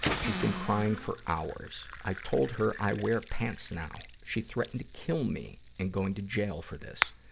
she's been crying for hours. i told her i wear pants now. she threatened to kill me and going to jail for this.